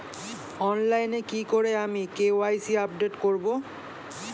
অনলাইনে কি করে আমি কে.ওয়াই.সি আপডেট করব?